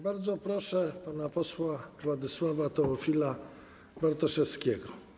Bardzo proszę pana posła Władysława Teofila Bartoszewskiego.